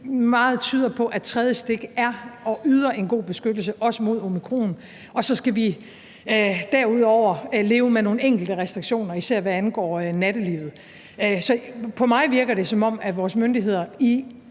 meget tyder på, at det tredje stik er og yder en god beskyttelse også mod omikron. Og så skal vi derudover leve med nogle enkelte restriktioner, især hvad angår nattelivet. Så på mig virker det, som om vores myndigheder